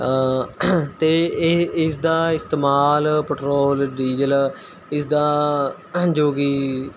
ਅਤੇ ਇਹ ਇਸਦਾ ਇਸਤੇਮਾਲ ਪੈਟਰੋਲ ਡੀਜ਼ਲ ਇਸਦਾ ਜੋ ਕਿ